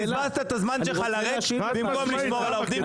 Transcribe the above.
בזבזת את הזמן שלך לריק, במקום לשמור על העובדים.